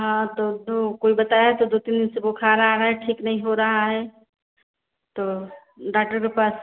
हाँ तो दो कोई बताया तो दो तीन दिन से बुखार आ रहा है ठीक नहीं हो रहा है तो डाक्टर के पास